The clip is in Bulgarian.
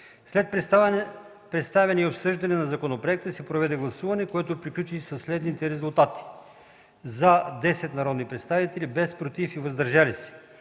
След представяне и обсъждане на законопроекта се проведе гласуване, което приключи при следните резултати: „за” – 10 народни представители, без „против” и „въздържали се”.